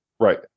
Right